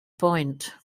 point